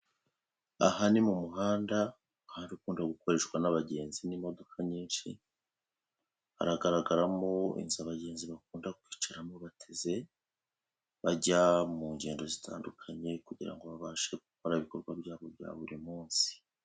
Aha ni mu muhanda, umuhanda ukunda gukoreshwa n'abagenzi n'imodoka nyinshi, haragaragaramo inzu abagenzi bakunda kwicaramo bateze, bajya mu ngendo zitandukanye kugira ngo babashe gukora ibikorwa byabo bya buri munsi.